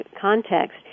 context